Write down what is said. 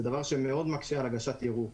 זה דבר שמקשה מאוד על הגשת ערעור.